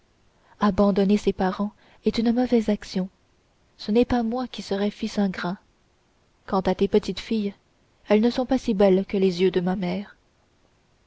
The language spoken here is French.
abandonner ses parents est une mauvaise action ce n'est pas moi qui serais fils ingrat quant à tes petites filles elles ne sont pas si belles que les yeux de ma mère